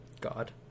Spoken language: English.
God